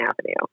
Avenue